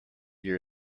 your